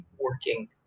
working